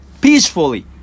peacefully